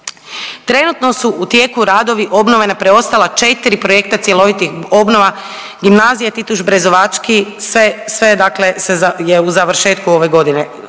Trenutno su u tijeku radovi obnove na preostala četri projekta cjelovitih obnova Gimnazija Tituš Brezovački, sve je u završetku ove godine,